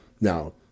now